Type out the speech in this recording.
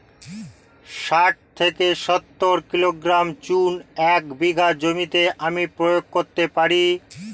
শাঠ থেকে সত্তর কিলোগ্রাম চুন এক বিঘা জমিতে আমি প্রয়োগ করতে পারি?